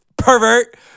Pervert